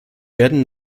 werden